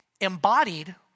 embodied